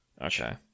Okay